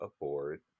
aboard